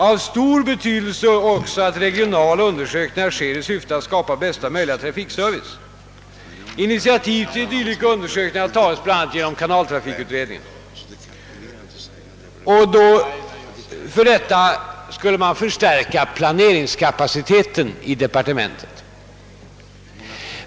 Av stor betydelse är också att regionala undersökningar sker i syfte att skapa bästa möjliga trafikservice. Initiativ till dylika undersökningar har tagits bl.a. genom tillsättande av särskilda utredningar, t.ex. kanaltrafikutredningen.» Därför skulle man förstärka planeringskapaciteten i departementet.